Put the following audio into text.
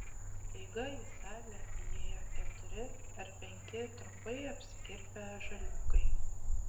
staiga į salę įėjo keturi ar penki trumpai apsikirpę žaliūkai